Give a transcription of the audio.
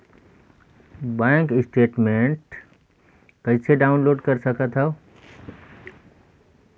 Bank statement कइसे download कर सकथव?